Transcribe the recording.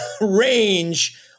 range